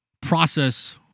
process